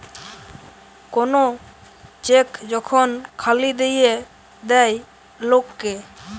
কোন চেক যখন খালি দিয়ে দেয় লোক কে